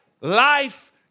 life